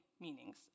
meanings